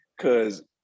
Cause